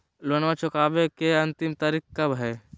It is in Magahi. लोनमा चुकबे के अंतिम तारीख कब हय?